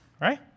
right